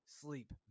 sleep